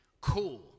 Cool